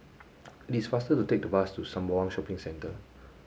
it is faster to take the bus to Sembawang Shopping Centre